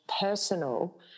personal